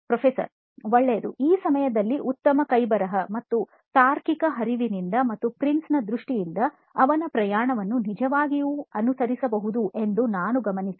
professor ಒಳ್ಳೆಯದು ಈ ಸಮಯದಲ್ಲಿ ಉತ್ತಮ ಕೈಬರಹ ಮತ್ತು ತಾರ್ಕಿಕ ಹರಿವಿನಿಂದ ಮತ್ತು ಪ್ರಿನ್ಸ್ ನ ದೃಷ್ಟಿಯಿಂದ ಅವನ ಪ್ರಯಾಣವನ್ನು ನಿಜವಾಗಿಯೂ ಅನುಸರಿಸಬಹುದು ಎಂದು ನಾನು ಗಮನಿಸಿದೆ